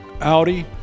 Audi